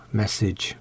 message